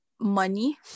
money